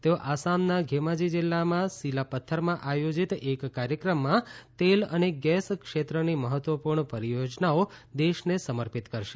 તેઓ આસામના ધેમાજી જિલ્લામાં સિલાપત્થરમાં આયોજીત એક કાર્યક્રમમાં તેલ અને ગેસ ક્ષેત્રની મહત્વપૂર્ણ પરિયોજનાઓ દેશને સમર્પિત કરશે